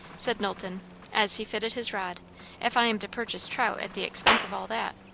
said knowlton as he fitted his rod if i am to purchase trout at the expense of all that.